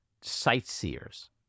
sightseers